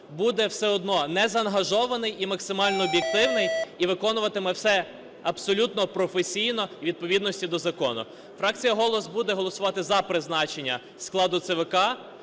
буде все одно назаангажований і максимально об'єктивний, і виконуватиме все абсолютно професійно у відповідності до закону. Фракція "Голос" буде голосувати за призначення складу ЦВК